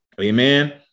amen